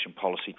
policy